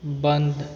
बंद